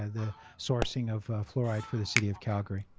ah the sourcing of fluoride for the city of calgary.